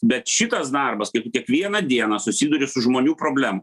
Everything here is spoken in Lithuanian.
bet šitas darbas kai tu kiekvieną dieną susiduri su žmonių problemom